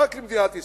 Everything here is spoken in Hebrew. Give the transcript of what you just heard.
רק למדינת ישראל.